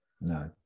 no